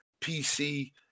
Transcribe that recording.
PC